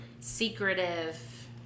Secretive